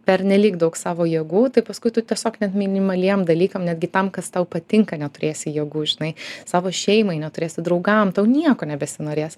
pernelyg daug savo jėgų tai paskui tu tiesiog net minimaliem dalykam netgi tam kas tau patinka neturėsi jėgų žinai savo šeimai neturėsi draugam tau nieko nebesinorės